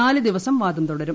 നാല് ദിവസം വാദം തുടരും